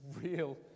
real